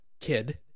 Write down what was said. Kid